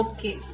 Okay